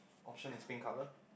option is pink color